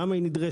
למה היא נדרשת,